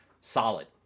solid